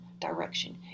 direction